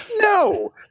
No